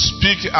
Speak